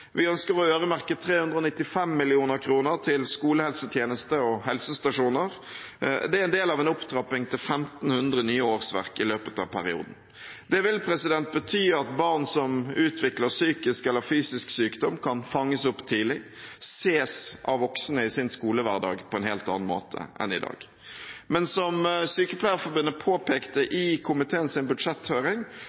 Vi ønsker å øremerke 395 mill. kr til skolehelsetjeneste og helsestasjoner. Det er en del av en opptrapping til 1 500 nye årsverk i løpet av perioden. Det vil bety at barn som utvikler psykisk eller fysisk sykdom, kan fanges opp tidlig, ses av voksne i sin skolehverdag på en helt annen måte enn i dag. Men som Sykepleierforbundet påpekte i komiteens budsjetthøring,